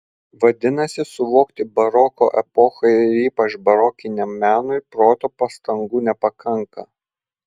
vadinasi suvokti baroko epochai ir ypač barokiniam menui proto pastangų nepakanka